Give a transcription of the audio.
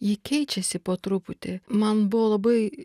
ji keičiasi po truputį man buvo labai